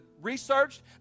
researched